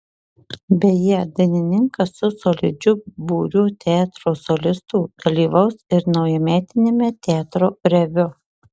beje dainininkas su solidžiu būriu teatro solistų dalyvaus ir naujametiniame teatro reviu